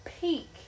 Peak